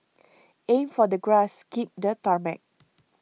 aim for the grass skip the tarmac